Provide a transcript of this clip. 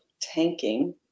tanking